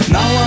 Now